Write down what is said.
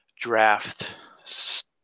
draft